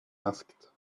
asked